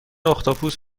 اختاپوس